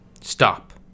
Stop